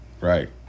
right